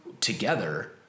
together